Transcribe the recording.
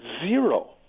zero